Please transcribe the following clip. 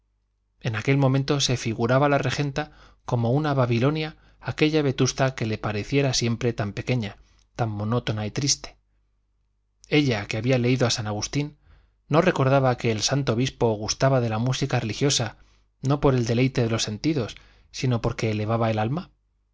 era un medio muy santo pero había otros en la vida bulliciosa de nuestras ciudades se puede aspirar también a la perfección en aquel momento se figuraba la regenta como una babilonia aquella vetusta que le pareciera siempre tan pequeña tan monótona y triste ella que había leído a san agustín no recordaba que el santo obispo gustaba de la música religiosa no por el deleite de los sentidos sino porque elevaba el alma